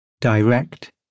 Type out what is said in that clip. Direct